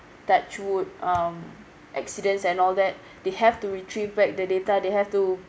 touch wood um accidents and all that they have to retrieve back the data they have to